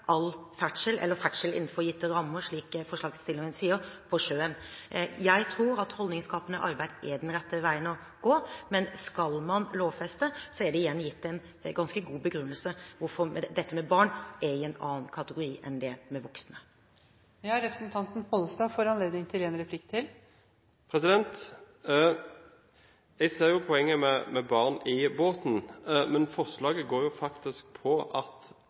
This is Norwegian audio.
all ferdsel eller ferdsel innenfor gitte rammer – slik forslagsstilleren sier – på sjøen. Jeg tror at holdningsskapende arbeid er den rette veien å gå, men skal man lovfeste, er det igjen gitt en ganske god begrunnelse for hvorfor dette med barn er i en annen kategori enn det med voksne. Jeg ser poenget med barn i båten, men forslaget går faktisk på et påbud også for voksne når det er barn i båten.